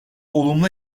olumlu